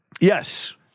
Yes